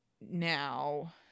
now